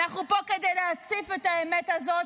אנחנו פה כדי להציף את האמת הזאת,